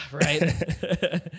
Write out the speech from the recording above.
right